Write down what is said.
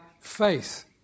faith